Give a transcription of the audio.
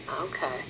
Okay